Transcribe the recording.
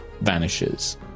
vanishes